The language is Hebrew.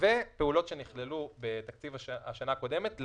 ופעולות שנכללו בתקציב השנה הקודמת,